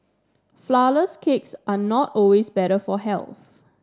flourless cakes are not always better for health